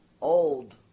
old